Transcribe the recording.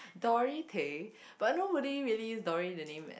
Dory Tay but nobody really use the name Dory as